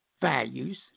values